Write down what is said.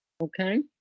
okay